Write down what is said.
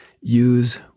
use